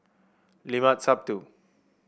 Limat Sabtu